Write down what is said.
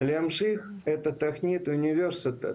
להמשיך את התוכנית של האוניברסיטה